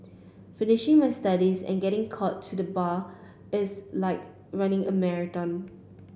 finishing my studies and getting called to the Bar is like running a marathon